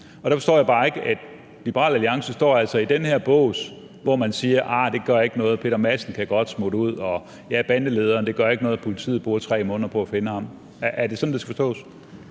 Der forstår jeg bare ikke, at Liberal Alliance altså står i den her bås, hvor man siger: Nej, det gør ikke noget; Peter Madsen kan godt smutte ud, og det gør ikke noget, at politiet bruger 3 måneder på at finde bandelederen. Er det sådan, det skal forstås?